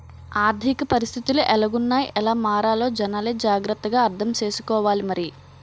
ఆర్థిక పరిస్థితులు ఎలాగున్నాయ్ ఎలా మారాలో జనాలే జాగ్రత్త గా అర్థం సేసుకోవాలి మరి